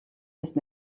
ist